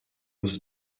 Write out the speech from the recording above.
was